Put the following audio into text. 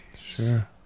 Sure